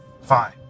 Fine